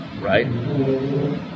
right